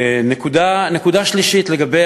נקודה שלישית, לגבי